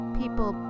people